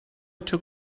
took